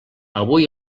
avui